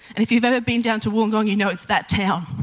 and if you've ever been down to wollongong you know it's that town